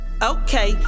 Okay